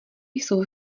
jsou